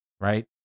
right